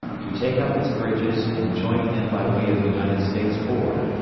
to take up its bridges and join him by way of united states ford,